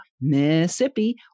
Mississippi